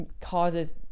causes